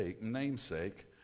namesake